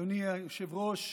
אדוני היושב-ראש,